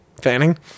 Fanning